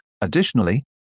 Additionally